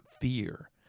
fear